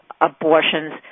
abortions